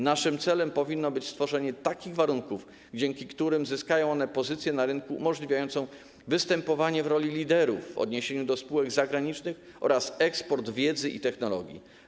Naszym celem powinno być stworzenie takich warunków, dzięki którym zyskają one, po pierwsze, pozycję na rynku umożliwiającą występowanie w roli liderów w odniesieniu do spółek zagranicznych, po drugie, eksport wiedzy i technologii.